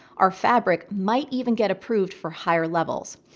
our fabric might even get approved for higher levels.